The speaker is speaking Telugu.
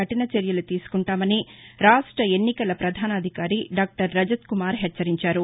కఠిన చర్యలు తీసుకుంటామని రాష్ట్ర ఎన్నికల వధాన అధికారి డాక్టర్ రజత్కుమార్ హెచ్ఛరించారు